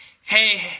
hey